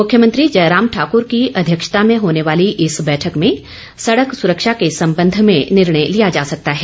मुख्यमंत्री जयराम ठाकुर की अध्यक्षता में होने वाली इस बैठक में सड़क सुरक्षा के संबंध में निर्णय लिया जा सकता है